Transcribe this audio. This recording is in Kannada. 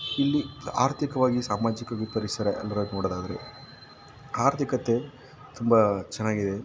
ಇಲ್ಲಿ ಆರ್ಥಿಕವಾಗಿ ಸಾಮಾಜಿಕವಾಗಿ ಪರಿಸರ ಅಂದರೆ ನೋಡೋದಾದರೆ ಆರ್ಥಿಕತೆ ತುಂಬ ಚೆನ್ನಾಗಿದೆ